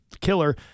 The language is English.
killer